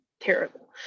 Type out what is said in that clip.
terrible